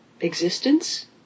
existence